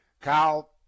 Kyle